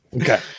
Okay